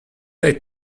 late